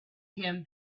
him